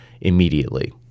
immediately